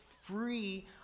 free